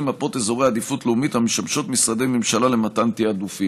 מפות אזורי עדיפות לאומית המשמשות משרדי ממשלה למתן תעדופים.